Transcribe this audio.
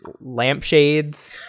Lampshades